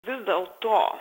vis dėlto